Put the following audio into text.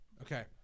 Okay